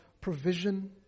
provision